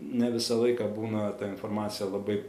ne visą laiką būna ta informacija labai